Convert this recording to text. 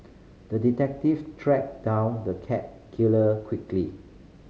the detective tracked down the cat killer quickly